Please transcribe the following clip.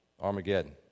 Armageddon